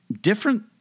different